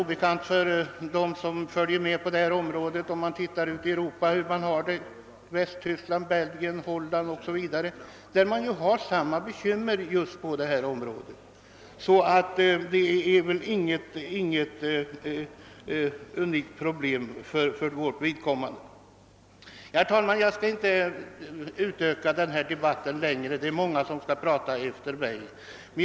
Men de som följer med på detta område vet hur det förhåller sig ute i Europa, t.ex. i Västtyskland, Belgien och Holland. Där har man samma bekymmer, så detta är alltså inte något unikt problem. Herr talman! Jag skall inte förlänga denna debatt vidare, många talare återstår efter mig.